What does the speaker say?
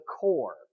core